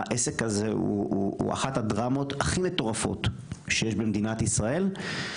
העסק הזה הוא אחת הדרמות הכי מטורפות שיש במדינת ישראל,